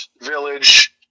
village